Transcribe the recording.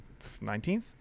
19th